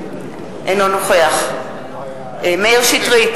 אינו נוכח מאיר שטרית,